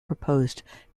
proposed